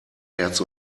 herz